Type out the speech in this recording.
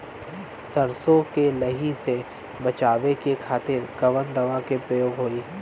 सरसो के लही से बचावे के खातिर कवन दवा के प्रयोग होई?